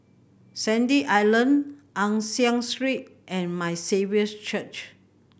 Sandy Island Ann Siang Three and My Saviour's Church